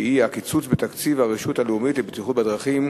שהיא: הקיצוץ בתקציב הרשות הלאומית לבטיחות בדרכים,